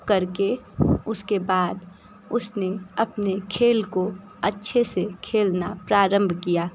करके उसके बाद उसने अपने खेल को अच्छे से खेलना प्रारंभ किया